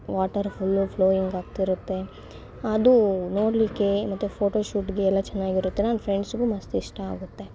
water full ಫ್ಲೋಯಿಂಗಾಗ್ತಿರುತ್ತೆ ಅದು ನೋಡಲಿಕ್ಕೆ ಮತ್ತೆ ಫೋಟೋಶೂಟ್ಗೆ ಎಲ್ಲ ಚೆನ್ನಾಗಿರುತ್ತೆ ನನ್ನ ಫ್ರೆಂಡ್ಸ್ಗೂ ಮಸ್ತ್ ಇಷ್ಟ ಆಗುತ್ತೆ